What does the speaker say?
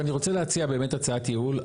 אני רוצה להציע באמת הצעת ייעול.